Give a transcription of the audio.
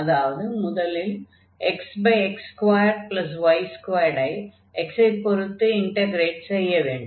அதாவது முதலில் xx2y2 ஐ x ஐ பொருத்து இன்டக்ரேட் செய்ய வேண்டும்